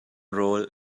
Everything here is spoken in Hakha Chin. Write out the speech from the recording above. rawl